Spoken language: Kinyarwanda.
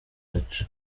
gace